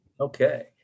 Okay